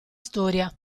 storia